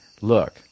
look